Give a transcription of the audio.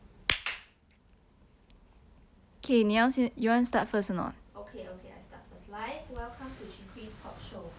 okay okay 来 welcome to chee kwee'stalk show